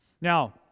Now